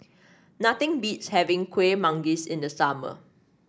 nothing beats having Kuih Manggis in the summer